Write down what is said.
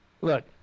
look